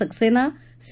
Saxena C